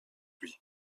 lui